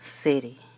city